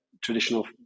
traditional